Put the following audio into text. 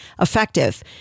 effective